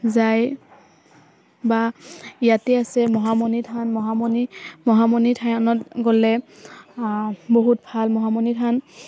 যাই বা ইয়াতে আছে মহামণি থান মহামণি মহামণি থানত গ'লে বহুত ভাল মহামণি থান